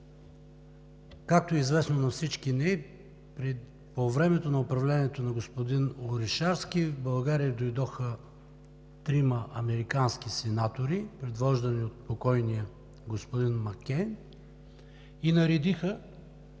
Както е известно на всички Ви, по време на управлението на господин Орешарски в България дойдоха трима американски сенатори, предвождани от покойния Маккейн, и наредиха